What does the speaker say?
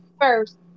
first